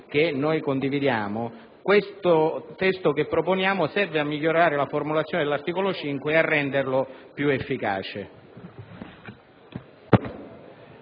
che noi condividiamo, il testo che proponiamo serve a migliorare la formulazione dell'articolo 5 e a renderlo più efficace.